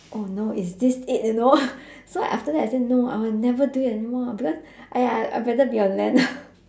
oh no is this it you know so like after that I say no I will never do it anymore because !aiya! I better be on land